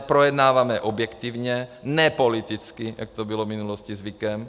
Projednáváme je objektivně, ne politicky, jak to bylo v minulosti zvykem.